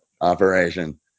operation